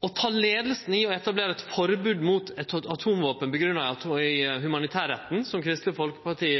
Å ta leiinga i å etablere eit forbod mot atomvåpen, grunngjeve i humanitærretten, som Kristeleg Folkeparti